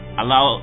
allow